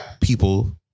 people